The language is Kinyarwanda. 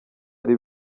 ari